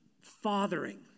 fathering